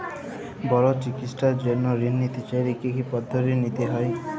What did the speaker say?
বড় চিকিৎসার জন্য ঋণ নিতে চাইলে কী কী পদ্ধতি নিতে হয়?